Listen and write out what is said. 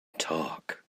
talk